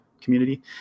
community